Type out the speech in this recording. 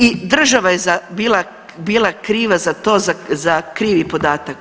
I država je bila kriva za to, za krivi podatak.